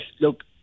look